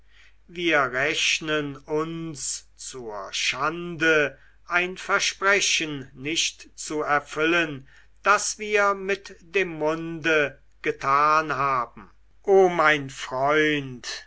wir rechnen uns zur schande ein versprechen nicht zu erfüllen das wir mit dem munde getan haben o mein freund